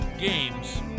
games